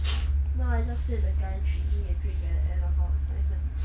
no ah I just said the guy treat me a drink at the end of our assignment